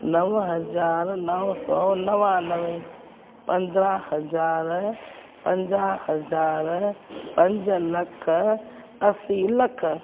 नव हज़ार नव सौ नवानवे पंद्रहां हज़ार पंजाह हज़ार पंज लख असी लख